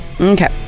Okay